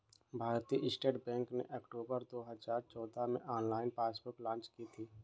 भारतीय state bank ने अक्टूबर दो हजार चौदह में ऑनलाइन पासबुक लॉन्च की थी